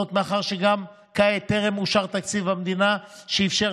זאת מאחר שגם כעת טרם אושר תקציב המדינה שאישר